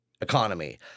economy